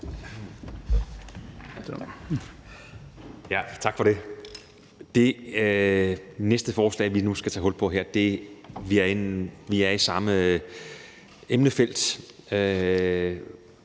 Tak for det. Det næste forslag, vi nu skal tage hul på, er i samme emnefelt.